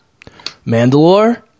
Mandalore